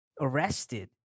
arrested